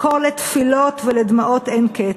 מקור לתפילות ולדמעות אין קץ.